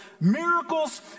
miracles